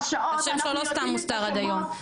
השם שלו לא סתם מוסתר עד היום.